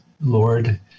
Lord